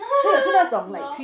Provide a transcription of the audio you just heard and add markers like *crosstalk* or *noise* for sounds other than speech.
*laughs* L_O_L